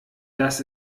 das